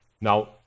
Now